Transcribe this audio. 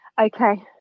Okay